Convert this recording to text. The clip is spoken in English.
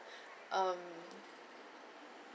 um